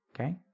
Okay